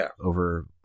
over